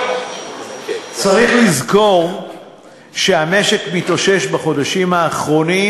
צריך לזכור שהמשק מתאושש בחודשים האחרונים